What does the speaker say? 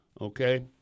okay